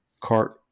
cart